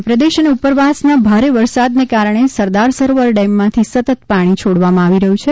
મધ્યપ્રદેશ અને ઉપરવાસના ભારે વરસાદને કારણે સરદાર સરોવર ડેમમાંથી સતત પાણી છોડવામાં આવી રહ્યું છે